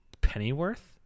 Pennyworth